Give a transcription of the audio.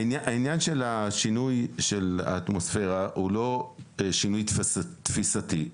העניין של השינוי של האטמוספירה הוא לא שינוי תפיסתי,